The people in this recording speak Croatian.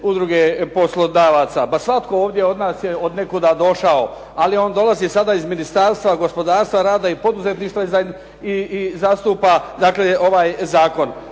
udruge poslodavaca. Pa svatko ovdje od nas je od nekuda došao ali on dolazi sada iz Ministarstva gospodarstva, rada i poduzetništva i zastupa ovaj zakon.